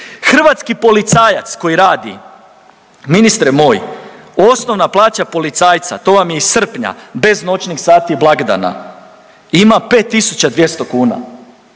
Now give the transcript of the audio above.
Hrvatski policajac koji radi, ministre moj osnovna plaća policajca to vam je iz srpnja bez noćnih sati i blagdana ima 5.200 kuna,